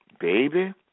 baby